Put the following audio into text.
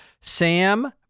Sam